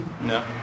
No